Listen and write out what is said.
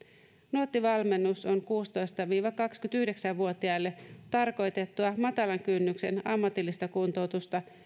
nuotti valmennus on kuusitoista viiva kaksikymmentäyhdeksän vuotiaille tarkoitettua matalan kynnyksen ammatillista kuntoutusta